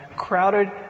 crowded